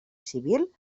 civil